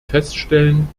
feststellen